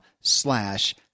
slash